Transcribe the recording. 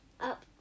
up